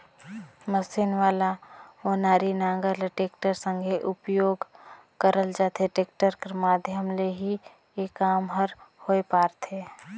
machine वाला ओनारी नांगर ल टेक्टर संघे उपियोग करल जाथे, टेक्टर कर माध्यम ले ही ए काम हर होए पारथे